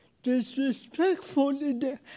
disrespectfully